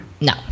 No